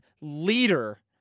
leader